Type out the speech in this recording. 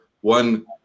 one